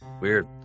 Weird